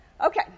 Okay